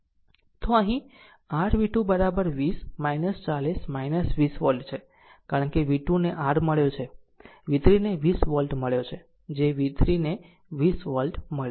તો અહીં r v2 20 40 20 volt છે કારણ કે v2 ને r મળ્યો છે v3 ને 20 વોલ્ટ મળ્યો છે જે v3 ને 20 વોલ્ટ મળ્યો છે